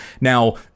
Now